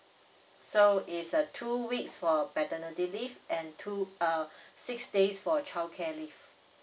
so is a two weeks for paternity leave and two err six days for child care leave